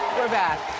we're back.